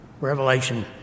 Revelation